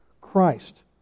Christ